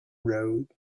road